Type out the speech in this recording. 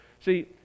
See